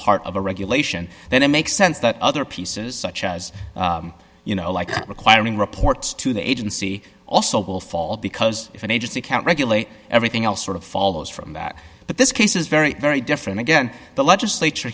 part of a regulation then it makes sense that other pieces such as you know like requiring reports to the agency also will fall because if an agency can't regulate everything else sort of follows from that but this case is very very different again the legislature